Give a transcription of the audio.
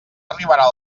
arribarà